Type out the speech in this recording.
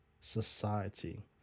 Society